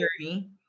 journey